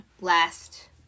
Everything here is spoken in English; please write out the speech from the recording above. last